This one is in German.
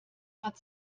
hat